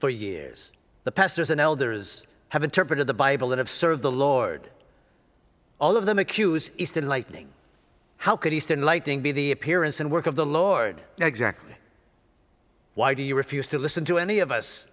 for years the pastors and elders have interpreted the bible that of serve the lord all of them accuse eastern lightning how could he stone lighting be the appearance and work of the lord now exactly why do you refuse to listen to any of us